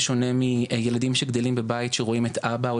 בשונה מילדים שגדלים בבית שרואים את אבא או